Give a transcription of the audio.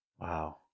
Wow